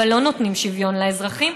אבל לא נותנים שוויון לאזרחים,